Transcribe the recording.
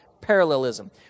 parallelism